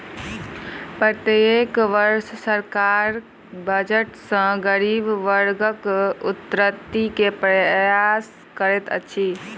प्रत्येक वर्ष सरकार बजट सॅ गरीब वर्गक उन्नति के प्रयास करैत अछि